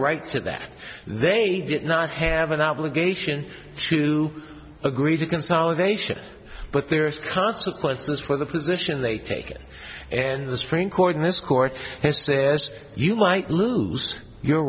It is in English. right to that they did not have an obligation to agree to consolidation but there are consequences for the position they take it and the supreme court in this court has said you might lose your